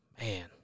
man